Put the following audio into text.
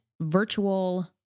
virtual